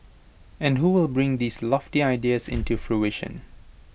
and who will bring these lofty ideas into fruition